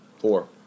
Four